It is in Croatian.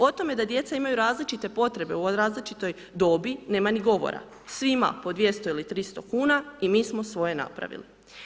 O tome da djeca imaju različite potrebe u različitoj dobi nema ni govora, svima po 200 ili 300 kuna i mi smo svoje napravili.